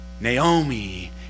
Naomi